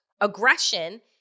aggression